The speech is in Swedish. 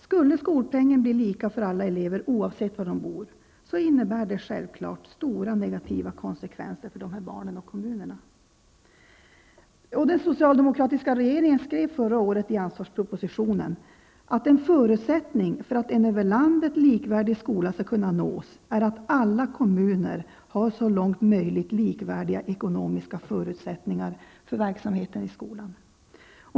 Skulle skolpengen bli lika för alla elever oavsett var de bor, innebär det självfallet stora negativa konsekvenser för de här barnen och kommunerna. Den socialdemokratiska regeringen skrev förra året i propositionen att en förutsättning för att en över landet likvärdig skola skall kunna uppnås är att alla kommuner har så långt möjligt likvärdiga ekonomiska förutsättningar för verksamheten i skolan.